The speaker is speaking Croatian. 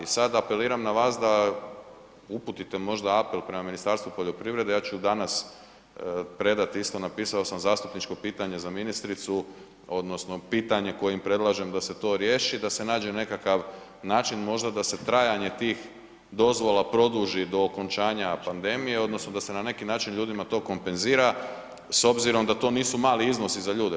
Sad apeliram na vas da uputite možda apel prema Ministarstvu poljoprivrede, ja ću danas predati isto, napisao sam zastupničko pitanje za ministricu, odnosno pitanje kojim predlažem da se to riješi, da se nađe nekakav način možda da se trajanje tih dozvola produži do okončanja pandemije, odnosno da se na neki način ljudima to kompenzira s obzirom da to nisu mali iznosi za ljude.